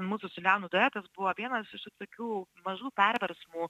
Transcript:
mūsų su leonu duetas buvo vienas iš tų tokių mažų perversmų